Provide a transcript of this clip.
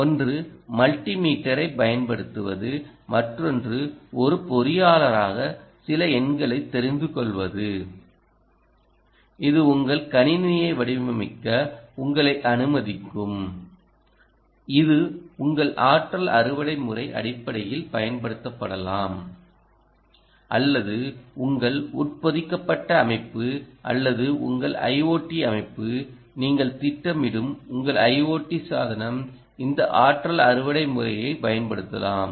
ஒன்று மல்டிமீட்டரைப் பயன்படுத்துவது மற்றொன்று ஒரு பொறியாளராக சில எண்களைத் தெரிந்துகொள்வது இது உங்கள் கணினியை வடிவமைக்க உங்களை அனுமதிக்கும் இது உங்கள் ஆற்றல் அறுவடை முறை அடிப்படையில் பயன்படுத்தப்படலாம் அல்லது உங்கள் உட்பொதிக்கப்பட்ட அமைப்பு அல்லது உங்கள் ஐஓடி அமைப்பு நீங்கள் திட்டமிடும் உங்கள் ஐஓடி சாதனம் இந்த ஆற்றல் அறுவடை முறையை பயன்படுத்தலாம்